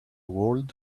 world